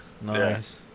Nice